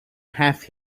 have